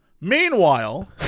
Meanwhile